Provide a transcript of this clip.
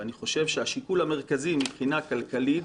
ואני חושב שהשיקול המרכזי מבחינה כלכלית,